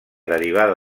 derivada